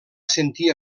sentir